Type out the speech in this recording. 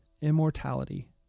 immortality